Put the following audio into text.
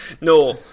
No